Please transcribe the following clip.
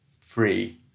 free